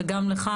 וגם לך,